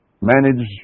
manage